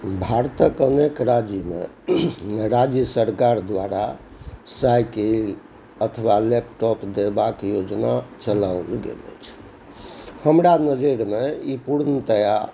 भारतक अनेक राज्यमे राज्य सरकार द्वारा साइकिल अथवा लैपटॉप देबाक योजना चलाओल गेल अछि हमरा नजरिमे ई पूर्णतया